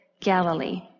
Galilee